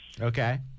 Okay